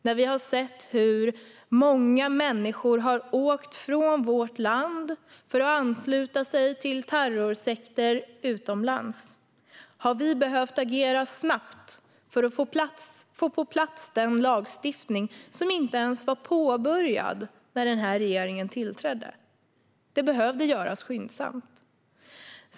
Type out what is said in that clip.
När vi har sett hur många människor har åkt från vårt land för att ansluta sig till terrorsekter utomlands har vi behövt agera snabbt för att få den lagstiftning på plats som inte ens var påbörjad när den här regeringen tillträdde. Det behövde göras skyndsamt.